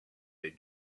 they